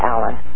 Alan